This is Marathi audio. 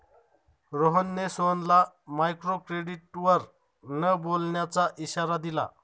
रोहनने सोहनला मायक्रोक्रेडिटवर न बोलण्याचा इशारा दिला